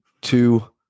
two